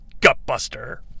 gut-buster